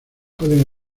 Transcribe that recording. pueden